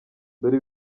dore